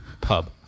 pub